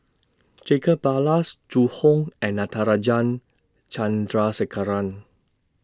Jacob Ballas Zhu Hong and Natarajan Chandrasekaran